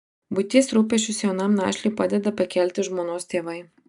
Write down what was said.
buities rūpesčius jaunam našliui padeda pakelti žmonos tėvai